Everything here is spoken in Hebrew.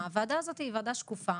הוועדה הזאת היא ועדה שקופה,